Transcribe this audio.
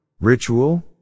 Ritual